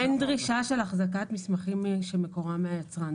אין דרישה של אחזקת מסמכים שמקורם מהיצרן.